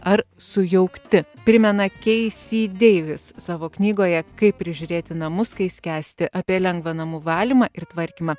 ar sujaukti primena keisy deivis savo knygoje kaip prižiūrėti namus kai skęsti apie lengvą namų valymą ir tvarkymą